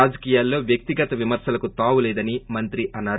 రాజకీయాల్లో వ్యక్తిగత విమర్సలకు తావు లేదని మంత్రి అన్నారు